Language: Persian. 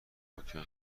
پاکن